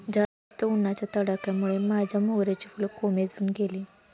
जास्त उन्हाच्या तडाख्यामुळे माझ्या मोगऱ्याची फुलं कोमेजून गेली